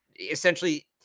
essentially